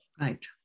Right